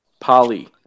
Polly